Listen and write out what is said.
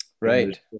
Right